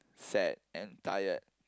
sad and tired